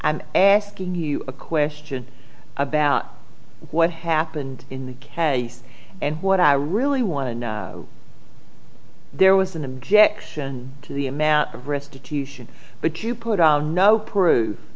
i'm asking you a question about what happened in the case and what i really want to know there was an objection to the amount of restitution but you put no proof